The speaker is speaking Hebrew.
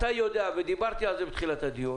שאתה יודע ודיברתי על זה בתחילת הדיון